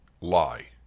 lie